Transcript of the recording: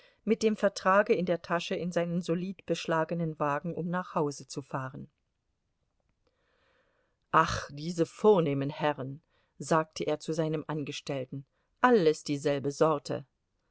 mit dem vertrage in der tasche in seinen solid beschlagenen wagen um nach hause zu fahren ach diese vornehmen herren sagte er zu seinem angestellten alles dieselbe sorte